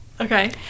Okay